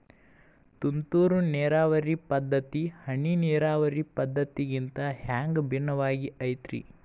ತುಂತುರು ನೇರಾವರಿ ಪದ್ಧತಿ, ಹನಿ ನೇರಾವರಿ ಪದ್ಧತಿಗಿಂತ ಹ್ಯಾಂಗ ಭಿನ್ನವಾಗಿ ಐತ್ರಿ?